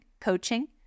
coaching